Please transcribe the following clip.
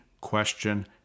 question